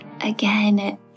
again